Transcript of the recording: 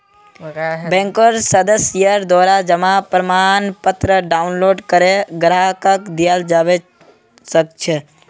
बैंकेर सदस्येर द्वारा जमा प्रमाणपत्र डाउनलोड करे ग्राहकक दियाल जबा सक छह